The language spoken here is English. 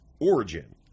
origin